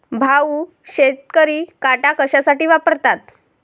भाऊ, शेतकरी काटा कशासाठी वापरतात?